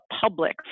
public